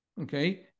okay